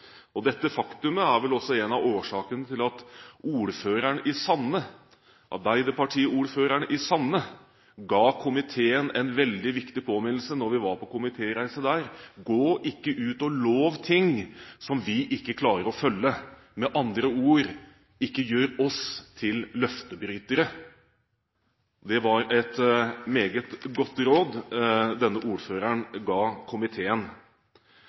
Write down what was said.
Dette faktum er vel også en av årsakene til at arbeiderpartiordføreren i Sande ga komiteen en veldig viktig påminnelse da vi var på komitéreise der: Gå ikke ut og lov ting som vi ikke klarer å holde. Med andre ord: Ikke gjør oss til løftebrytere. Det var et meget godt råd denne ordføreren ga komiteen.